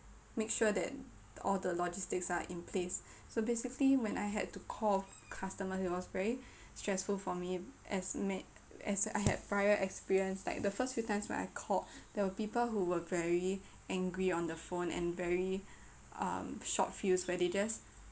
make sure that all the logistics are in place so basically when I had to call customers it was very stressful for me as ma~ as I had prior experience like the first few times when I called there were people who were very angry on the phone and very um short-fused where they just